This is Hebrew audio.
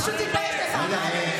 פשוט תתבייש לך ואל תגיד.